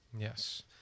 Yes